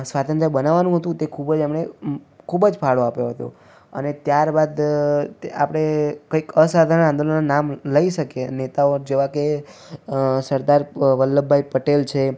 સ્વતંત્ર બનાવવાનું હતું તે ખૂબ જ એમણે ખૂબ જ ફાળો આપ્યો હતો અને ત્યારબાદ આપણે કંઇક અસાધારણ આંદોલનનાં નામ લઈ શકીએ નેતાઓ જેવા કે સરદાર વલ્લભભાઈ પટેલ છે